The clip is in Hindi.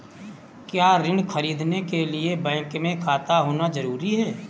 क्या ऋण ख़रीदने के लिए बैंक में खाता होना जरूरी है?